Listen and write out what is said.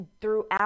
throughout